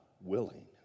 willing